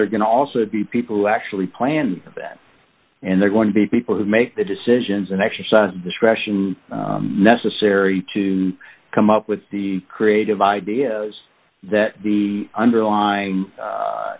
they're going to also be people who actually planned events and they're going to be people who make the decisions and exercise discretion necessary to come up with the creative ideas that the underlying